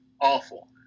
awful